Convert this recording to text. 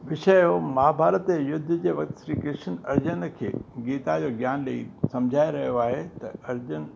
विषय हुओ महाभारत युद्ध जे वक़्तु श्री कृष्ण अर्जुन खे गीता जो ज्ञान ॾेई सम्झाए रहियो आहे त अर्जुन